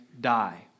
die